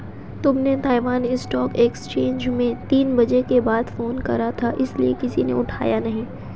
तुमने Taiwan stock exchange में तीन बजे के बाद फोन करा था इसीलिए किसी ने उठाया नहीं